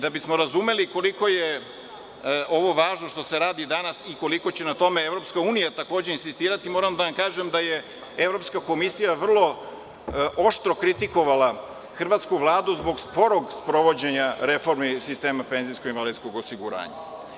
Da bismo razumeli koliko je ovo važno što se radi danas i koliko će na tome EU takođe insistirati, moram da vam kažem da je Evropska komisija vrlo oštro kritikovala Hrvatsku vladu zbog sporog sprovođenja reformi sistema penzijsko-invalidskog osiguranja.